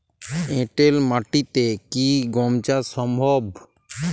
এঁটেল মাটিতে কি গম চাষ সম্ভব?